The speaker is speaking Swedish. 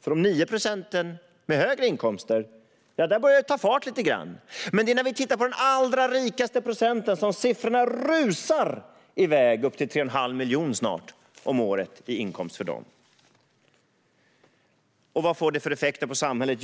För de 9 procent som har högre inkomster börjar det ta lite fart. Men det är för den procent som är allra rikast som siffrorna rusar iväg. Det är snart 3 1⁄2 miljon om året i inkomst för dem. Vad får det för effekter på samhället?